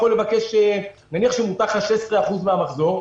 נניח שמותר לך 16% מהמחזור,